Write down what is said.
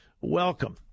Welcome